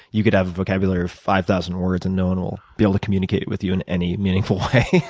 you could have a vocabulary of five thousand words, and no one will be able to communicate with you in any meaningful way.